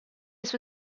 sue